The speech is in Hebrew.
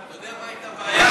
אתה יודע מה הייתה הבעיה?